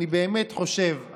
אני באמת חושב,